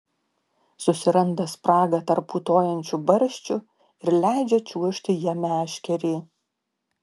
susiranda spragą tarp putojančių barščių ir leidžia čiuožti ja meškerei